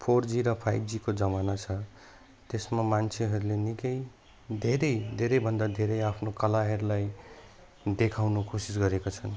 four G five जीको जमाना छ त्यसमा मान्छेहरूले निकै धेरै धेरै भन्दा धेरै आफ्नो कलाहरूलाई देखाउनु कोसिस गरेको छन्